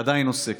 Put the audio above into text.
ועדיין עוסקת,